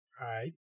right